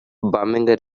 bumming